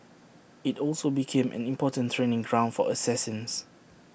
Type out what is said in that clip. IT also became an important training ground for assassins